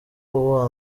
uwa